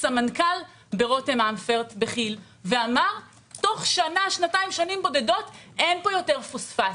סמנכ"ל ברותם אמפרט בכי"ל ואמר: תוך שנים בודדות אין פה יותר פוספטים.